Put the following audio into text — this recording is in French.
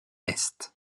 est